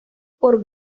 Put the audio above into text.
por